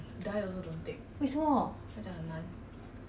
everytime I see he like last minute that time prelims period